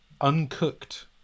uncooked